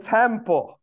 temple